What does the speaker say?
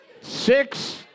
six